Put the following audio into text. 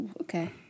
okay